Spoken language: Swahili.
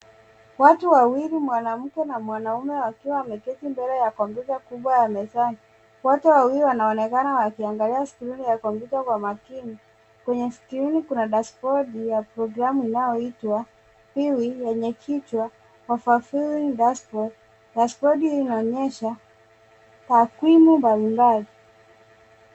Watu wawili mwanamke na mwanaume wakiwa wameketi mbele ya kompyuta kubwa ya mezani. Wote wawili wanaonekana wakiangalia skrini ya kompyuta kwa makini. Kwenye skrini kuna dashibodi ya programu inayoitwa, view, yenye kichwa, overview industrial. Dashibodi hii inaonyesha takwimu mbalimbali.